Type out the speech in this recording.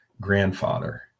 grandfather